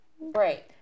Right